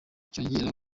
cyongera